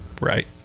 right